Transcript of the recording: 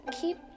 keep